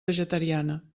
vegetariana